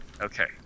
Okay